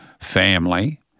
family